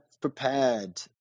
prepared